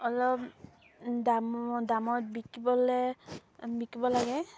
অলপ দাম দামত বিকিবলে বিকিব লাগে